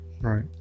right